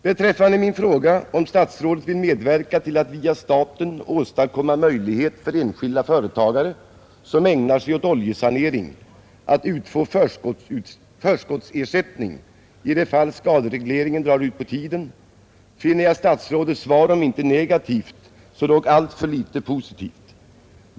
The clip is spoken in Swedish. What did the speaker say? Beträffande min fråga om statsrådet vill medverka till att via staten åstadkomma möjligheter för enskilda företagare som ägnar sig åt oljesanering att utfå förskottsersättning i de fall skaderegleringen drar ut på tiden finner jag statsrådets svar om inte negativt så dock alltför litet positivt.